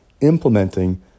implementing